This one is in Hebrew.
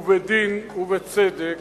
ובדין ובצדק,